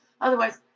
otherwise